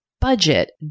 budget